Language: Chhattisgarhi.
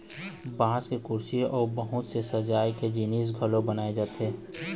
बांस के कुरसी अउ बहुत से सजाए के जिनिस घलोक बनाए जाथे